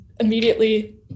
immediately